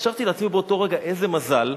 חשבתי לעצמי באותו רגע: איזה מזל,